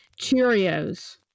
Cheerios